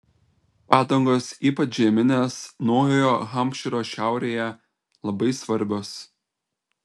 padangos ypač žieminės naujojo hampšyro šiaurėje labai svarbios